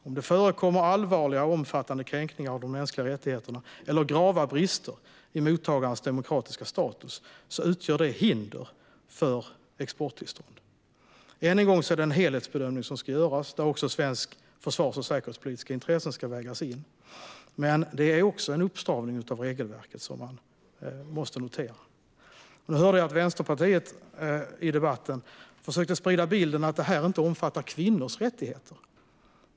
Om det förekommer allvarliga och omfattande kränkningar av de mänskliga rättigheterna eller grava brister i mottagarens demokratiska status utgör det hinder för exporttillstånd. Än en gång är det en helhetsbedömning som ska göras där svenska försvars och säkerhetspolitiska intressen ska vägas in, men det är också en uppstramning av regelverket som man måste notera. Jag hörde att Vänsterpartiet i debatten försökte sprida bilden att det här inte omfattar kvinnors rättigheter.